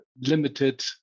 limited